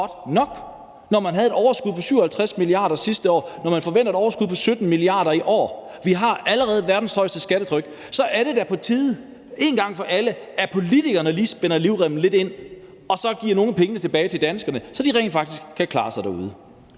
når man havde et overskud på 57 mia. kr. sidste år, og når man forventer et overskud på 17 mia. kr. i år. Vi har allerede verdens højeste skattetryk. Så er det da på tide en gang for alle, at politikerne lige spænder livremmen lidt ind og så giver nogle af pengene tilbage til danskerne, så de rent faktisk kan klare sig derude.